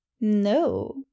No